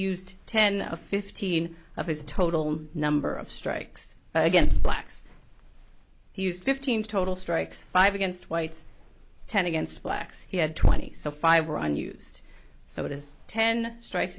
used ten fifteen of his total number of strikes against blacks he used fifteen total strikes five against whites ten against blacks he had twenty five or on used so it is ten strikes